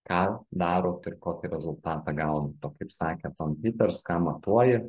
ką darot ir kokį rezultatą gaunat o kaip sakė tom piters ką matuoji